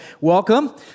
welcome